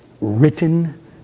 written